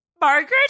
Margaret